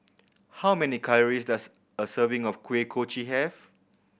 how many calories does a serving of Kuih Kochi have